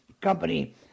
company